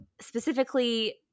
specifically